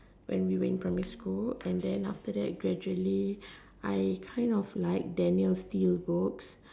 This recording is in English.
when we were in primary school and then after that gradually I kind of like Daniel Steel's books